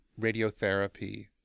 radiotherapy